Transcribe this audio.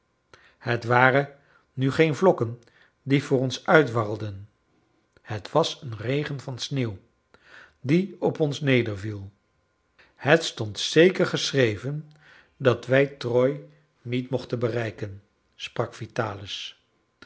het waren nu geen vlokken die voor ons uit warrelden het was een regen van sneeuw die op ons nederviel het stond zeker geschreven dat wij troyes niet mochten bereiken sprak vitalis